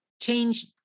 change